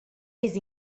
eis